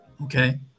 Okay